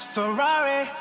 Ferrari